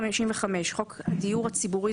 במקרקעין תיקון חוק54.בחוק זכויות הדייר בדיור הציבורי,